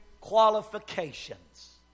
qualifications